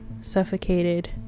suffocated